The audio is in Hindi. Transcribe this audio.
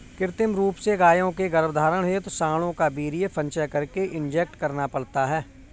कृत्रिम रूप से गायों के गर्भधारण हेतु साँडों का वीर्य संचय करके इंजेक्ट करना पड़ता है